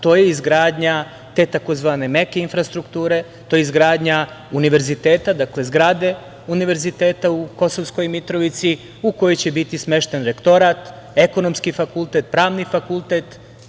To je izgradnja te tzv. meke infrastrukture, to je izgradnja univerziteta, dakle zgrade univerziteta u Kosovskoj Mitrovici u kojoj će biti smešten rektorat, ekonomski fakultet, pravni fakultet.